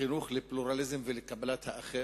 החינוך לפלורליזם ולקבלת האחר.